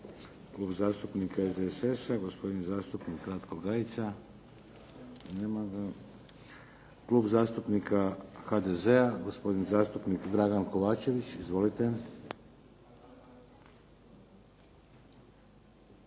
Klub zastupnika SDSS-a, gospodin zastupnik Ratko Gajica. Nema ga. Klub zastupnika HDZ-a, gospodin zastupnik Dragan Kovačević. Izvolite.